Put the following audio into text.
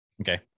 Okay